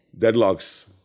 Deadlocks